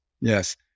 yes